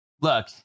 Look